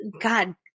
God